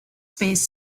space